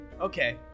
Okay